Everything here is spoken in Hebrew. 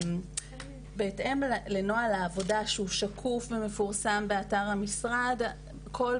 בהתאם לנוהל העבודה שהוא שקוף ומפורסם באתר משרד הכלכלה,